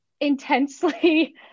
intensely